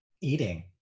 Eating